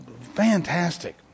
fantastic